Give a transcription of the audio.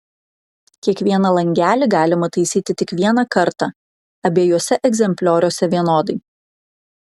kiekvieną langelį galima taisyti tik vieną kartą abiejuose egzemplioriuose vienodai